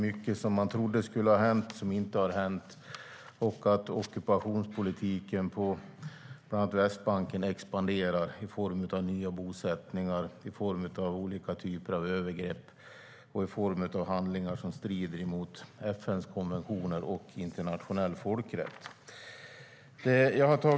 Mycket vi trodde skulle ha hänt har inte hänt, och ockupationspolitiken på bland annat Västbanken expanderar med nya bosättningar, olika övergrepp och handlingar som strider mot FN:s konventioner och internationell folkrätt.